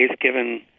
given